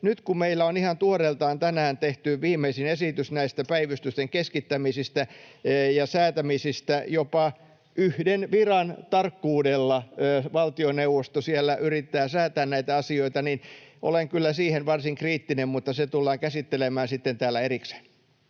Nyt kun meillä on ihan tuoreeltaan tänään tehty viimeisin esitys näistä päivystysten keskittämisistä ja säätämisistä jopa yhden viran tarkkuudella — valtioneuvosto siellä yrittää säätää näitä asioita — niin olen kyllä siitä varsin kriittinen, mutta se tullaan käsittelemään sitten täällä erikseen.